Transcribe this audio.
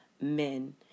men